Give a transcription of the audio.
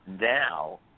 Now